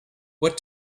what